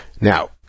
Now